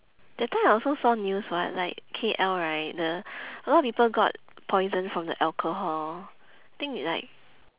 that time I also saw news what like K_L right the a lot of people got poison from the alcohol think like